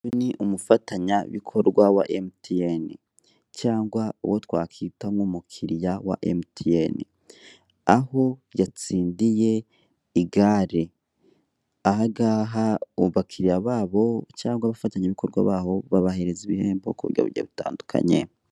Uyu ni umufatanyabikorwa wa MTN, cyangwa uwo twakita nk'umukiriya wa MTN, aho yatsindiye igare, aha ngaha abakiriya babo cyangwa abafatanyabikorwa baho, babahereza ibihembo ku butandukanye.